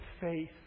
faith